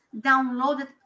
downloaded